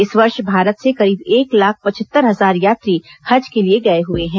इस वर्ष भारत से करीब एक लाख पचहत्तर हजार यात्री हज के लिए गए हुए हैं